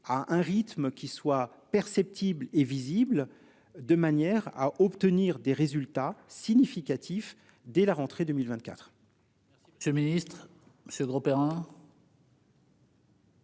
à un rythme qui soit perceptible et visible de manière à obtenir des résultats significatifs, dès la rentrée 2024.